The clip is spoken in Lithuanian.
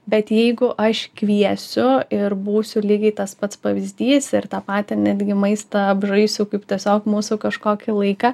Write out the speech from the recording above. bet jeigu aš kviesiu ir būsiu lygiai tas pats pavyzdys ir tą patį netgi maistą apžaisiu kaip tiesiog mūsų kažkokį laiką